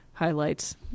highlights